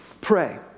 pray